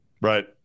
Right